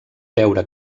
veure